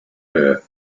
her